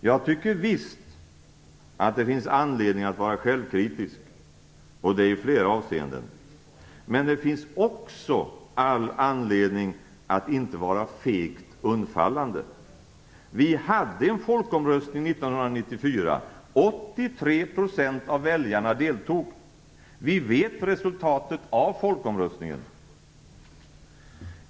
Jag tycker visst att det finns anledning att vara självkritisk, och detta i flera avseenden, men det finns också all anledning att inte vara fegt undfallande. Vi hade en folkomröstning 1994. 83 % av väljarna deltog i den. Vi vet resultatet av folkomröstningen.